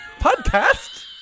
Podcast